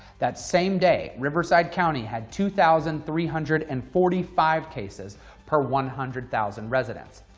that same day, riverside county had two thousand three hundred and forty five cases per one hundred thousand residents.